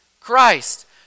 christ